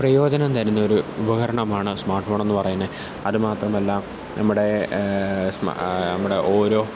പ്രയോജനം തരുന്നൊരു ഉപകരണമാണ് സ്മാർട്ട് ഫോണെന്ന് പറയുന്നത് അത് മാത്രമല്ല നമ്മുടെ സ്മാ നമ്മുടെ ഓരോ